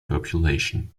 population